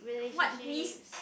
what risk